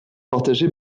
partagé